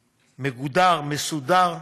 מגודר, מסודר,